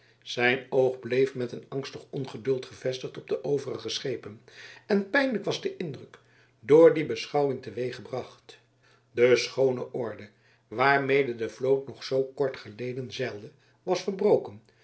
zijn oog bleef met een angstig ongeduld gevestigd op de overige schepen en pijnlijk was de indruk door die beschouwing teweeggebracht de schoone orde waarmede de vloot nog zoo kort geleden zeilde was